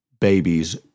babies